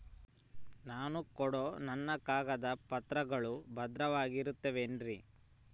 ನಾನು ಕೊಡೋ ನನ್ನ ಕಾಗದ ಪತ್ರಗಳು ಭದ್ರವಾಗಿರುತ್ತವೆ ಏನ್ರಿ?